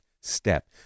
step